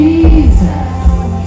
Jesus